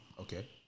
Okay